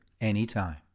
anytime